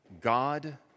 God